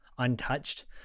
Untouched